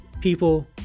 people